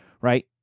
right